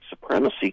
supremacy